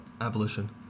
abolition